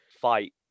fight